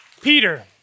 Peter